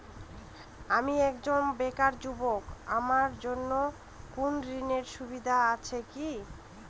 আমি একজন বেকার যুবক আমার জন্য কোন ঋণের সুবিধা আছে কি?